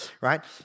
right